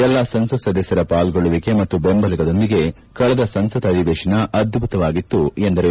ಎಲ್ಲ ಸಂಸತ್ ಸದಸ್ಯರ ಪಾಲ್ಗೊಳ್ಳುವಿಕೆ ಮತ್ತು ಬೆಂಬಲದೊಂದಿಗೆ ಕಳೆದ ಸಂಸತ್ ಅಧಿವೇಶನ ಅದ್ಭುತವಾಗಿತ್ತು ಎಂದರು